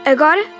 Agora